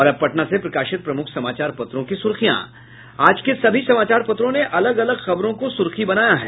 और अब पटना से प्रकाशित प्रमुख समाचार पत्रों की सुर्खियां आज के सभी समाचार पत्रों ने अलग अलग खबरों को सुर्खी बनाया है